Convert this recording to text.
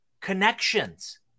connections